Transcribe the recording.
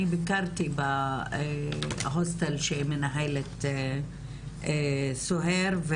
אני ביקרתי בהוסטל שמנהלת סוהיר,